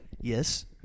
Yes